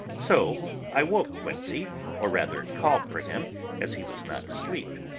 so i woke quincey or rather called for him as he was not asleep.